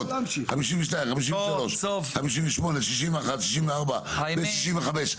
53, 58, 61, 64 ו-65.